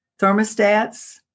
thermostats